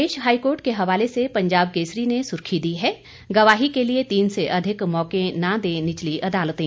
प्रदेश high court के हवाले से पंजाब केसरी ने सुर्खी दी है गवाही के लिए तीन से अधिक मौके न दें निचली अदालतें